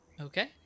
Okay